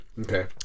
Okay